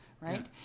right